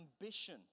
ambition